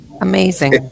Amazing